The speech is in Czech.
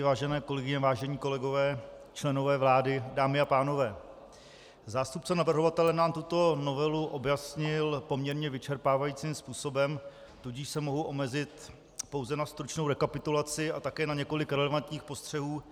Vážené kolegyně, vážení kolegové, členové vlády, dámy a pánové, zástupce navrhovatele nám tuto novelu objasnil poměrně vyčerpávajícím způsobem, tudíž se mohu omezit pouze na stručnou rekapitulaci a také na několik relevantních postřehů.